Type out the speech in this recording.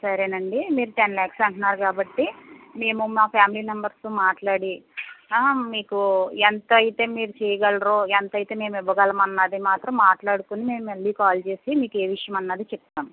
సరేనండి మీరు టెన్ లాక్స్ అంటన్నారు కాబట్టి మేము మా ఫ్యామిలీ మెంబర్స్తో మాట్లాడి మీకు ఎంతయితే మీరు చెయ్యగలరో ఎంతయితే మేమివ్వగలమో అన్నది మాత్రం మాట్లాడుకుని మేము మళ్ళీ కాల్ చేసి మీకు ఏ విషయమన్నది చెప్తాం